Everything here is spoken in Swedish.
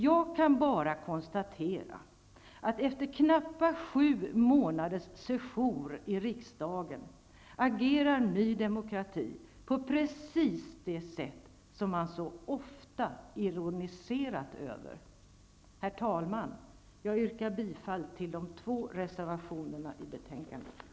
Jag kan bara konstatera att efter knappa sju månaders sejour i riksdagen agerar Ny demokrati på precis det sätt som man så ofta ironiserat över. Herr talman! Jag yrkar bifall till de två reservationerna i betänkandet.